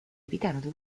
pidanud